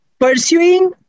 pursuing